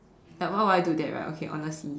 like why would I do that right okay honestly